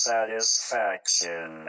Satisfaction